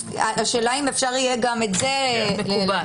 השאלה אם אפשר יהיה גם את זה לתקן?